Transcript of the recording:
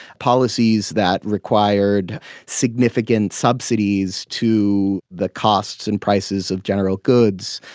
policies that required significant subsidies to the costs and prices of general goods,